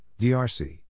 DRC